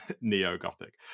neo-Gothic